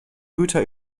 güter